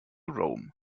rome